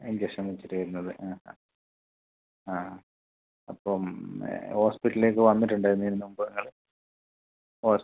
injection വച്ചിട്ട് വരുന്നത് ആ ആ അപ്പം ഹോസ്പിറ്റലിലേക്ക് വന്നിട്ടുണ്ടായിരുന്നോ ഇതിന് മുൻപ് നിങ്ങൾ ഹോസ്